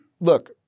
look